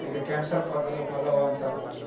ଟିକେ କ୍ୟାନ୍ସଲ୍ କରିଦେଲେ ଭଲ ହୁଅନ୍ତା ପୁଣି